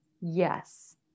Yes